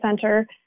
center